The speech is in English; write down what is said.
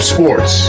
Sports